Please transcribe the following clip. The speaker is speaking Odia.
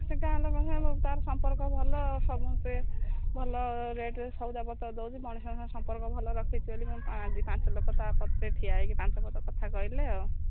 ସେ ଗାଁ ଲୋକ ସାଙ୍ଗରେ ତାର ସମ୍ପର୍କ ଭଲ ସମସ୍ତେ ଭଲ ରେଟ୍ରେ ସଉଦାପତ୍ର ଦେଉଛି ମଣିଷଙ୍କ ସାଙ୍ଗରେ ସମ୍ପର୍କ ଭଲ ରଖିଛି ବୋଲି ଆଜି ପାଞ୍ଚ ଲୋକ ତା ପଛରେ ଠିଆ ହୋଇକି ପାଞ୍ଚ ପଦ କଥା କହିଲେ ଆଉ